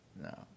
No